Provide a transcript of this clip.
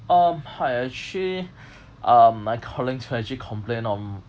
um hi actually um I'm calling to actually complain on